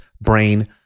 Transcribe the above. Brain